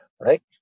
right